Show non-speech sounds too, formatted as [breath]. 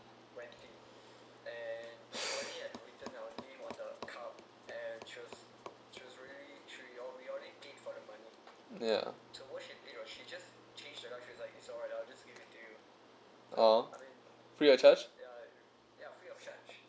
[breath] yeah ah free of charge